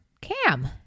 Cam